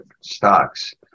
stocks